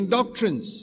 doctrines